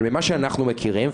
אבל ממה שאנחנו מכירים,